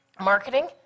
marketing